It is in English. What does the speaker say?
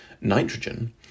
Nitrogen